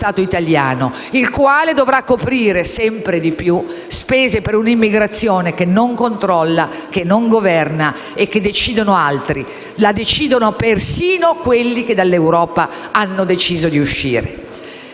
il quale dovrà coprire sempre maggiori spese per un'immigrazione che non controlla, non governa e che decidono altri. La decidono persino quelli che dall'Europa hanno deciso di uscire.